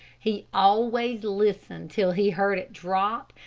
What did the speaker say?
he always listened till he heard it drop,